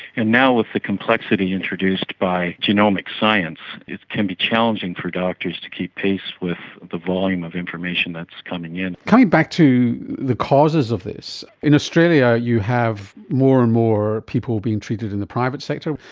and now with the complexity introduced by genomic science, it can be challenging for doctors to keep pace with the volume of information that is coming in. coming back to the causes of this, in australia you have more and more people being treated in the private sector.